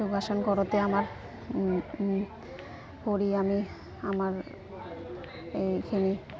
যোগাসন কৰোঁতে আমাৰ কৰি আমি আমাৰ এইখিনি